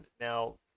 now